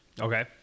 Okay